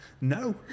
no